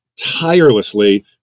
tirelessly